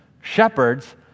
shepherds